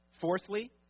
fourthly